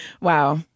Wow